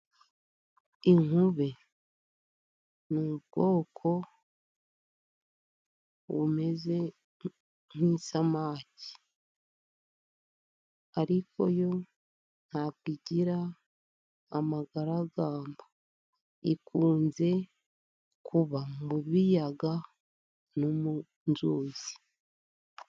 Inkube ni ubwoko bumeze nk'isamaki ,ariko yo ntabwo igira amagaragamba, ikunze kuba mu biyaga no mu nzuzi.